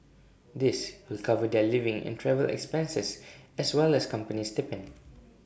this will cover their living and travel expenses as well as company stipend